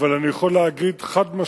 אבל אני יכול להגיד חד-משמעית: